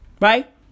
right